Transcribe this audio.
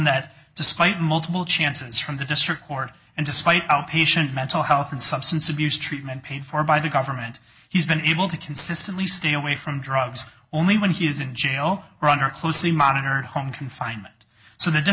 that despite multiple chances from the district court and despite patient mental health and substance abuse treatment paid for by the government he's been able to consistently stay away from drugs only when he is in jail or on her closely monitored home confinement so the